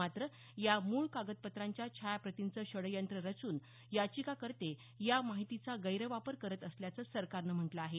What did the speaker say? मात्र या मूळ कागदपत्रांच्या छायाप्रतीचं षडयंत्र रचून याचिकाकर्ते या माहितीचा गैरवापर करत असल्याचं सरकारनं म्हटलं आहे